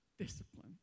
discipline